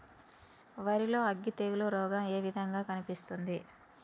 వరి లో అగ్గి తెగులు రోగం ఏ విధంగా కనిపిస్తుంది?